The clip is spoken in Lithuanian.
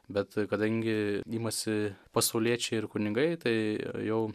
bet kadangi imasi pasauliečiai ir kunigai tai jau